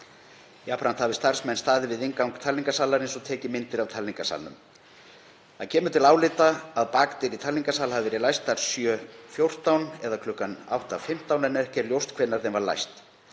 Jafnframt hafi starfsmenn staðið við inngang talningarsalarins og tekið myndir af talningarsalnum. Þá kemur til álita að bakdyr í talningarsal hafi verið læstar kl. 7.14 eða kl. 8.15 en ekki er ljóst hvenær þeim var læst.